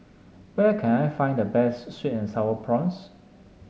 where can I find the best sweet and sour prawns